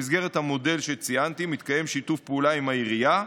במסגרת המודל שציינתי מתקיים שיתוף פעולה עם העירייה,